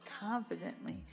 confidently